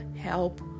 help